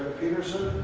peterson?